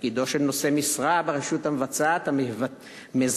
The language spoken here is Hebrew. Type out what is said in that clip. תפקידו של נושא משרה ברשות המבצעת המזהה